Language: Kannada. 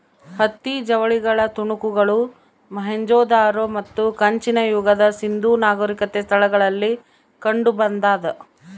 ಹತ್ತಿ ಜವಳಿಗಳ ತುಣುಕುಗಳು ಮೊಹೆಂಜೊದಾರೋ ಮತ್ತು ಕಂಚಿನ ಯುಗದ ಸಿಂಧೂ ನಾಗರಿಕತೆ ಸ್ಥಳಗಳಲ್ಲಿ ಕಂಡುಬಂದಾದ